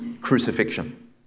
crucifixion